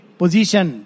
position